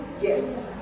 Yes